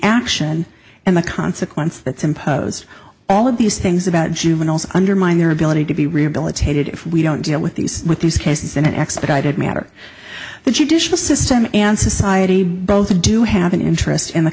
action and the consequence that's imposed all of these things about juveniles undermine their ability to be rehabilitated if we don't deal with these with these cases in an expedited matter the judicial system and society both do have an interest in the